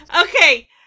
okay